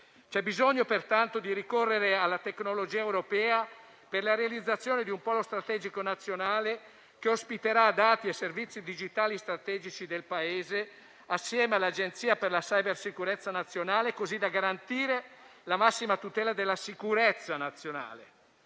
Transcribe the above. c'è pertanto bisogno di ricorrere alla tecnologia europea per la realizzazione di un polo strategico nazionale, che ospiterà dati e servizi digitali strategici del Paese, assieme all'Agenzia per la cybersicurezza nazionale, così da garantire la massima tutela della sicurezza nazionale.